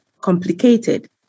complicated